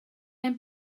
ein